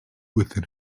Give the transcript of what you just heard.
within